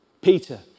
Peter